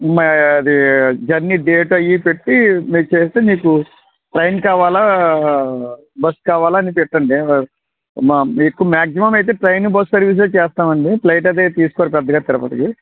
మే అది journey date అవి పెట్టి మీరు చేస్తే మీకు ట్రైన్ కావాలా బస్సు కావాలా అని పెట్టండి మా మీకు మాగ్జిమం అయితే ట్రైను బస్సు సర్వీసే చేస్తాము అండి ఫ్లైట్ అయితే తీసుకోరు పెద్దగా తిరుపతికి